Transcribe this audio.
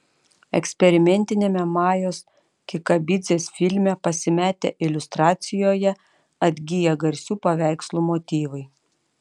eksperimentiniame majos kikabidzės filme pasimetę iliustracijoje atgyja garsių paveikslų motyvai